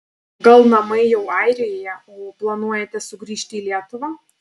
gal namai jau airijoje o planuojate sugrįžti į lietuvą